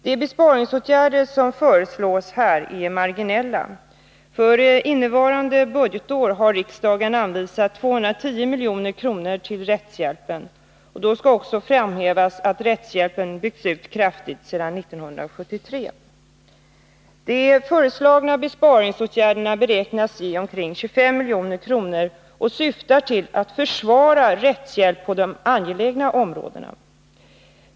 De besparingsåtgärder som föreslås här är marginella. För innevarande budgetår har riksdagen anvisat 210 milj.kr. till rättshjälpen. Då skall också framhävas att rättshjälpen byggts ut kraftigt sedan 1973. De föreslagna besparingsåtgärderna beräknas ge omkring 25 milj.kr. och syftar till att försvara rättshjälpen på de angelägna områdena.